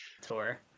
tour